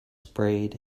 sprayed